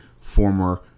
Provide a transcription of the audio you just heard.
former